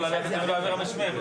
יש כאן שני צירים מרכזיים.